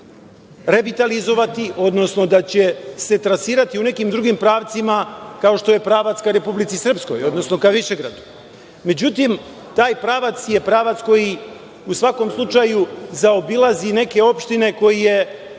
revitalizovati, odnosno da će se trasirati u nekim drugim pravcima, kao što je pravac ka Republici Srpskoj, odnosno ka Višegradu. Međutim, taj pravac je pravac koji u svakom slučaju zaobilazi neke opštine koje